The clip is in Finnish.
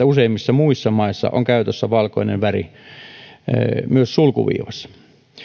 useimmissa muissa maissa on käytössä valkoinen väri myös sulkuviivassa